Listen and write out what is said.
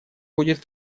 будет